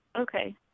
Okay